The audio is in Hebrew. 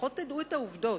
לפחות תדעו את העובדות.